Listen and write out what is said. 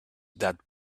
that